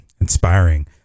inspiring